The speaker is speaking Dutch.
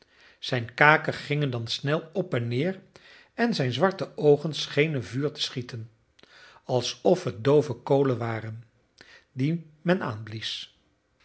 zijn kaken gingen dan snel op en neêr en zijn zwarte oogen schenen vuur te schieten alsof het doove kolen waren die men